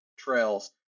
Trails